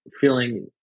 feeling